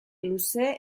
luze